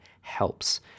helps